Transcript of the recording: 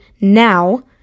now